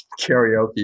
karaoke